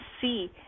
see